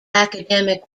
academic